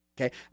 Okay